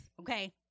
okay